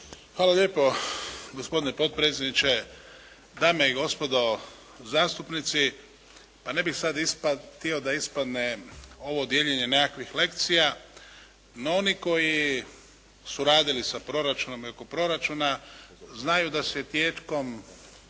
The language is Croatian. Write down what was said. Hvala lijepo. Gospodine potpredsjedniče, dame i gospodo zastupnici. Pa ne bih sada htio da ispadne ovo dijeljenje nekakvih lekcija, no oni koji su radili sa proračunom i oko proračuna znaju da se i tijekom